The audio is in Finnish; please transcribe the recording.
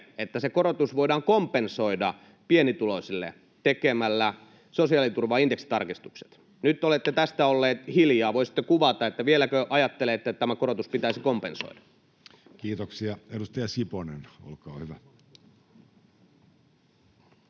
että se korotus voidaan kompensoida pienituloisille tekemällä sosiaaliturvaan indeksitarkistukset. Nyt olette tästä olleet hiljaa. Voisitteko kuvata, vieläkö ajattelette, että tämä korotus pitäisi kompensoida? [Pia Viitanen: Hyvä